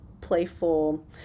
playful